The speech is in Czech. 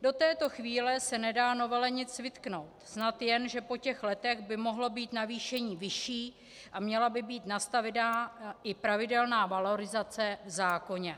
Do této chvíle se nedá novele nic vytknout, snad jen že po těch letech by mohlo být navýšení vyšší a měla by být nastavena i pravidelná valorizace v zákoně.